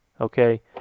okay